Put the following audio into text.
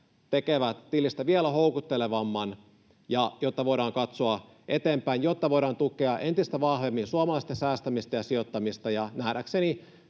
tekevät tilistä vielä houkuttelevamman, jotta voidaan katsoa eteenpäin, jotta voidaan tukea entistä vahvemmin suomalaisten säästämistä ja sijoittamista.